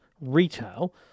retail